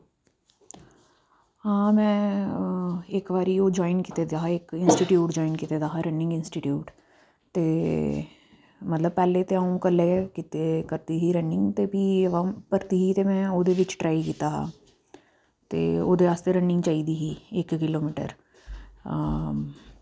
आं में इक्क बारी ओह् ज्वाईन कीते दा हा में इंस्टीट्यूट जवाईन कीते दा हा रनिंग इंस्टीट्यूट ते मतलब पैह्लें ध्यान करी लैओ कीती ही रनिंग ते भी भर्थी ही ते में ओह्दे बिच ट्राई कीता हा ते ओह्दे आस्तै रनिंग चाहिदी ही इक्क किलोमीटर आं